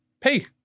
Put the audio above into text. pay